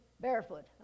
barefoot